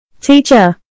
Teacher